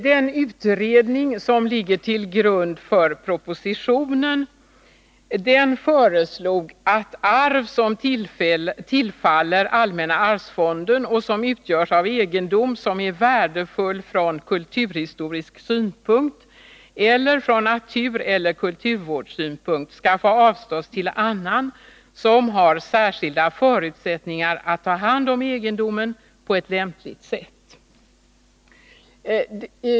Den utredning som ligger till grund för propositionen föreslog att arv som tillfaller allmänna arvsfonden och som utgörs av egendom som är värdefull från kulturhistorisk synpunkt eller från natureller kulturvårdssynpunkt skall få avstås till annan som har särskilda förutsättningar att ta hand om egendomen på lämpligt sätt.